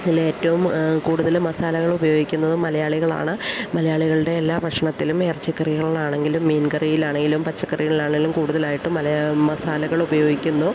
അതിൽ ഏറ്റവും കൂടുതലും മസാലകൾ ഉപയോഗിക്കുന്നതും മലയാളികളാണ് മലയാളികളുടെ എല്ലാ ഭക്ഷണത്തിലും ഇറച്ചിക്കറികളിലാണെങ്കിലും മീൻ കറിയിലാണെങ്കിലും പച്ചക്കറികളാണേലും കൂടുതലായിട്ടും മലയാ മസാലകൾ ഉപയോഗിക്കുന്നു